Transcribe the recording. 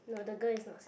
no the girl is not same